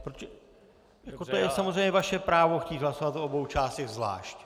To je samozřejmě vaše právo chtít hlasovat o obou částech zvlášť.